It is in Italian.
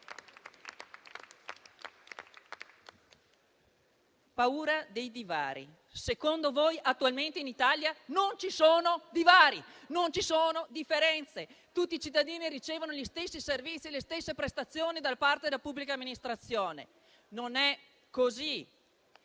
paura dei divari, secondo voi attualmente in Italia non ci sono divari e differenze, tutti i cittadini ricevono gli stessi servizi e le stesse prestazioni da parte della pubblica amministrazione. Non è così.